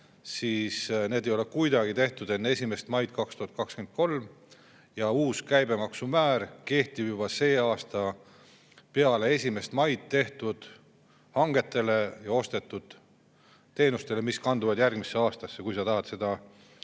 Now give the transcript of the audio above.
siis need ei ole kuidagi tehtud enne 1. maid 2023. Uus käibemaksu määr kehtib juba see aasta peale 1. maid tehtud hangetele ja ostetud teenustele, mis kanduvad järgmisesse aastasse, kui sa tahad seda